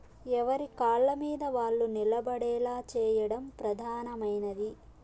ఎవరి కాళ్ళమీద వాళ్ళు నిలబడేలా చేయడం ప్రధానమైనది